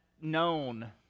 known